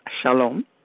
Shalom